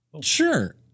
Sure